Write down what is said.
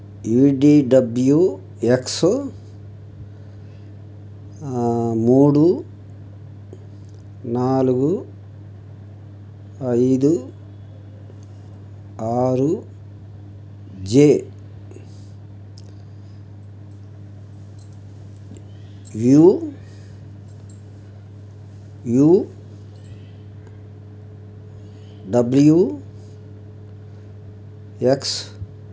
you D W X మూడు నాలుగు ఐదు ఆరు J U U W X